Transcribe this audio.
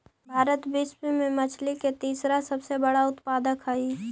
भारत विश्व में मछली के तीसरा सबसे बड़ा उत्पादक हई